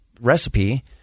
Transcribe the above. recipe